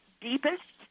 deepest